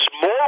more